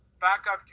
backup